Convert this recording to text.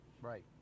Right